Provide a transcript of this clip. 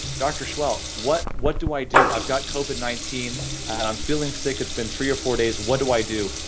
dr. so seheult, what what do i do i've got covid nineteen and i'm feeling sick? it's been three or four days, what do i do?